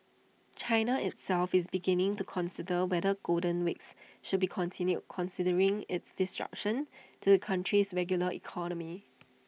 China itself is beginning to consider whether golden weeks should be continued considering its disruptions to the country's regular economy